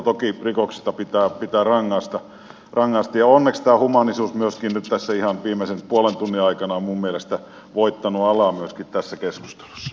toki rikoksista pitää rangaista ja onneksi tämä humaanisuus nyt tässä ihan viimeisen puolen tunnin aikana on minun mielestäni voittanut alaa myöskin tässä keskustelussa